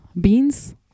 beans